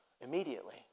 immediately